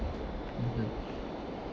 okay